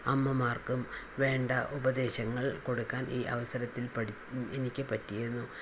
അമ്മമാർക്കും വേണ്ട ഉപദേശങ്ങൾ കൊടുക്കാൻ ഈ അവസരത്തിൽ പഠി എനിക്ക് പറ്റിയിരുന്നു